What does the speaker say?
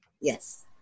Yes